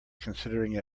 considering